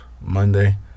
Monday